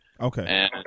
Okay